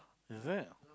is it